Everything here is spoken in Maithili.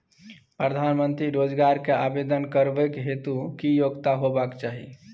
प्रधानमंत्री रोजगार के आवेदन करबैक हेतु की योग्यता होबाक चाही?